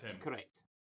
Correct